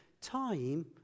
Time